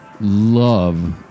love